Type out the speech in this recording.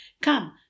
Come